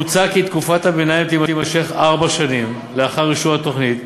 מוצע כי תקופת הביניים תימשך ארבע שנים לאחר אישור התוכנית.